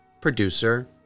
producer